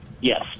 Yes